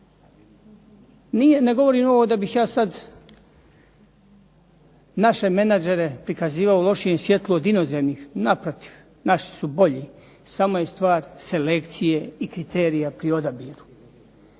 Ne govorim ovo da bih ja sad naše menadžere prikazivao u lošijem svjetlu od inozemnih, naprotiv naši su bolji samo je stvar selekcije i kriterija pri odabiru.